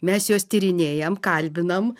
mes juos tyrinėjam kalbinam